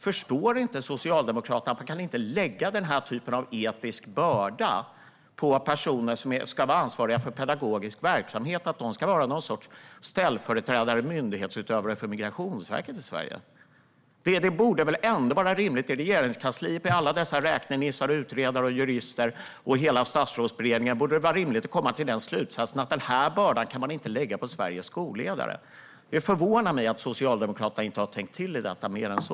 Förstår inte Socialdemokraterna att man inte kan lägga den här typen av etisk börda på personer som ska vara ansvariga för pedagogisk verksamhet, att de ska vara någon sorts ställföreträdande myndighetsutövare för Migrationsverket i Sverige? Det borde väl ändå vara rimligt att man i Regeringskansliet med alla räknenissar, utredare, jurister och hela Statsrådsberedningen kommer fram till den slutsatsen att man inte kan lägga en sådan börda på Sveriges skolledare. Det förvånar mig att Socialdemokraterna inte har tänkt till här mer än så.